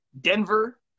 Denver